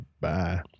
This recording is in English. Bye